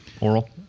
Oral